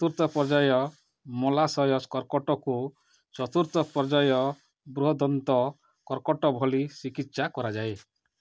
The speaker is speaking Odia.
ଚତୁର୍ଥ ପର୍ଯ୍ୟାୟ ମଳାଶୟ କର୍କଟକୁ ଚତୁର୍ଥ ପର୍ଯ୍ୟାୟ ବୃହଦନ୍ତ କର୍କଟ ଭଳି ଚିକିତ୍ସା କରାଯାଏ